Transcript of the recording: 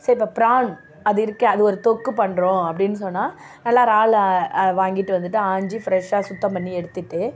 so இப்போ prawn அது இருக்கு அது ஒரு தொக்கு பண்ணுறோம் அப்படின்னு சொன்னால் நல்லா இறால் அதை வாங்கிட்டு வந்துட்டு ஆஞ்சி ஃபிரெஷ்ஷாக சுத்தம் பண்ணி எடுத்துகிட்டு